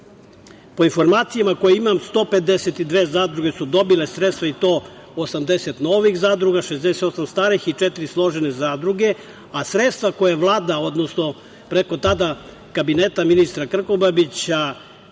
Po informacijama koje imam, 152 zadruge su dobile sredstva, i to 80 novih zadruga, 68 starih i četiri složene zadruge, a sredstva koje je Vlada, preko tada kabineta ministra Krkobabića,